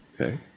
Okay